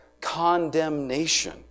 condemnation